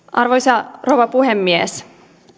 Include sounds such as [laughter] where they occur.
[unintelligible] arvoisa rouva puhemies